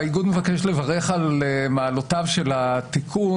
האיגוד מבקש לברך על מעלותיו של התיקון,